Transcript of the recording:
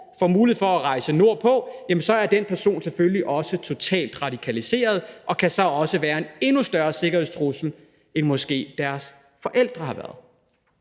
får mulighed for at rejse nordpå, jamen så er den person jo selvfølgelig også totalt radikaliseret og kan så måske også være en endnu større sikkerhedstrussel, end deres forældre har været.